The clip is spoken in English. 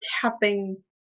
tapping